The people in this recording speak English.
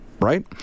right